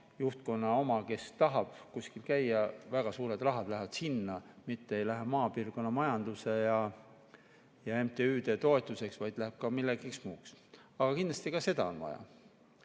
juhtkonna omad, et kes tahab kuskil käia. Väga suur raha läheb sinna, mitte ei lähe maapiirkonna majanduse ja MTÜ-de toetuseks, vaid läheb ka millekski muuks. Aga kindlasti on ka seda vaja.